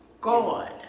God